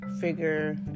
figure